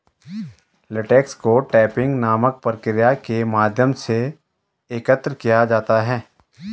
latex को tapping नामक प्रक्रिया के माध्यम से एकत्र किया जाता है